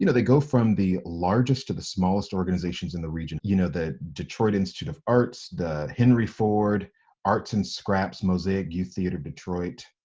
you know they go from the largest to the smallest organizations in the region. you know, the detroit institute of arts, the henry ford arts and scraps, mosaic youth theatre detroit,